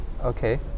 okay